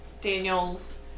Daniels